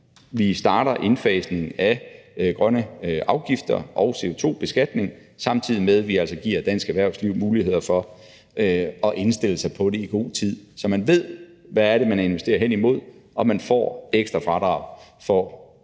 Vi starter indfasningen af grønne afgifter og CO2-beskatningen, samtidig med at vi altså giver dansk erhvervsliv muligheder for at indstille sig på det i god tid, så de ved, hvad de investerer hen imod, og de får ekstra fradrag for –